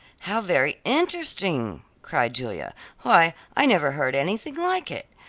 how very interesting! cried julia. why, i never heard anything like it.